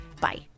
Bye